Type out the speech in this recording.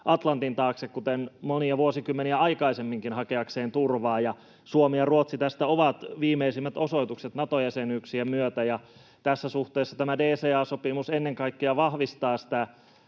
Atlantin taakse, kuten monia vuosikymmeniä aikaisemminkin, hakeakseen turvaa, ja Suomi ja Ruotsi ovat viimeisimmät osoitukset tästä Nato-jäsenyyksien myötä. Tässä suhteessa tämä DCA-sopimus ennen kaikkea vahvistaa